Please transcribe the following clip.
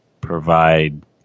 provide